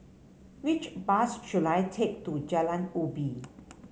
which bus should I take to Jalan Ubi